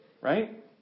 Right